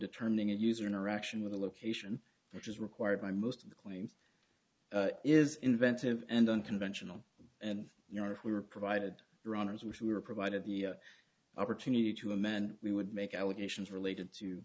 determining a user interaction with a location which is required by most of the claims is inventive and unconventional and you know if we were provided runners which were provided the opportunity to amend we would make allegations related to